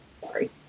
sorry